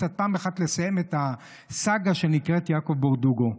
פעם אחת לסיים את הסאגה שנקראת יעקב ברדוגו.